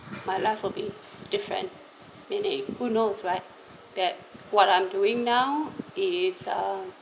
my life would be different meaning who knows right that what I'm doing now is uh